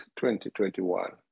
2021